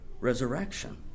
resurrection